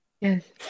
Yes